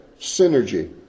synergy